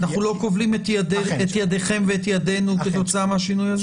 אנחנו לא כובלים את ידיכם ואת ידינו כתוצאה מהשינוי הזה?